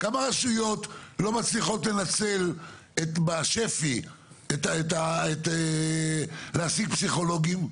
כמה רשויות לא מצליחות לנצל בשפי להשיג פסיכולוגים?